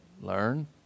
Learn